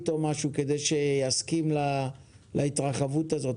או משהו אחר כדי שיסכים להתרחבות הזו,